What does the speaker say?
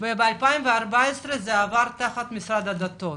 וב-2014 עבר למשרד הדתות.